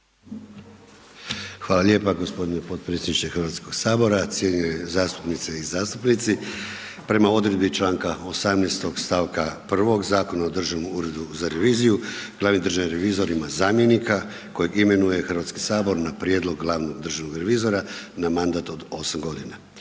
Hvala lijepa gospodine potpredsjedniče Hrvatskoga sabora, cijenjene zastupnice i zastupnici. Prema odredbi članka 18. stavka 1. Zakona o Državnom uredu za reviziju glavni državni revizor ima zamjenika kojeg imenuje Hrvatski sabor na prijedlog glavnog državnog revizora na mandat 8 godina.